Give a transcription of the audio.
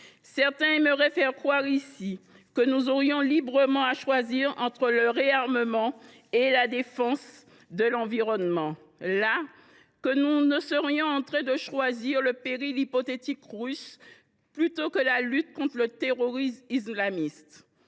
Certains aimeraient faire croire ici que nous aurions librement à choisir entre le réarmement et la défense de l’environnement, là que nous sommes en train de choisir le péril hypothétique russe plutôt que la lutte contre le terrorisme islamiste.